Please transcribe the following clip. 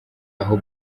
aho